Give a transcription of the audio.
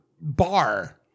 bar